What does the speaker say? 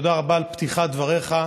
ותודה רבה על פתיחת דבריך.